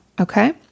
Okay